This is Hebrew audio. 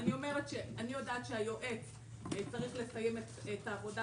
אני יודעת שהיועץ צריך לסיים את העבודה